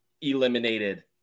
eliminated –